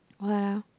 what ah